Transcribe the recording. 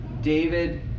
David